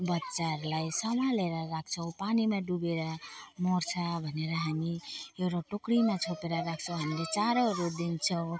बच्चाहरूलाई सम्हालेर राख्छौँ पानीमा डुबेर मर्छ भनेर हामी एउटा टोकरीमा छोपेर राख्छौँ हामीले चारोहरू दिन्छौँ